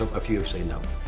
a few will say no.